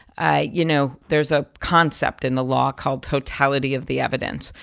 ah you know, there's a concept in the law called totality of the evidence.